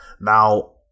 Now